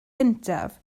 gyntaf